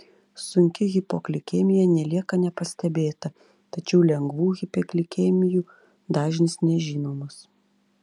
sunki hipoglikemija nelieka nepastebėta tačiau lengvų hipoglikemijų dažnis nežinomas